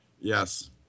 Yes